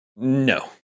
No